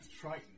Triton